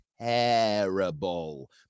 Terrible